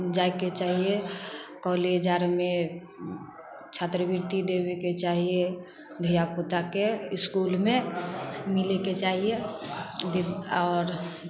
जाइके चाही कॉलेज आरमे छात्रवृति देबेके चाही धिआपुताके इसकुलमे मिलैके चाही आओर